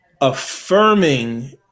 affirming